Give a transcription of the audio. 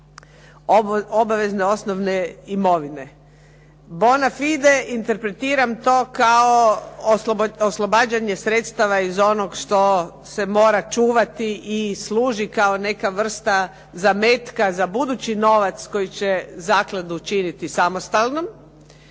obavezne osnovne imovine, bona fide interpretiram to kao oslobađanje sredstava iz onog što se mora čuvati i služi kao neka vrsta zametka za budući novac koji će zakladu učiniti samostalnom